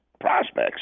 prospects